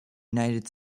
united